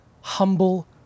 humble